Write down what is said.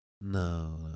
No